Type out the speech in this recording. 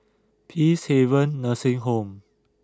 Peacehaven Nursing Home